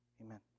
amen